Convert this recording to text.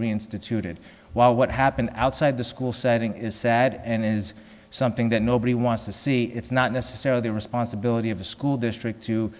reinstituted while what happened outside the school setting is sad and is something that nobody wants to see it's not necessarily the responsibility of the school district to